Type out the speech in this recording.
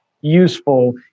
useful